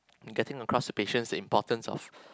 in getting across to patients importance of